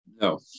No